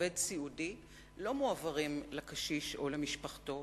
עובד סיעודי לא מועברים לקשיש או למשפחתו,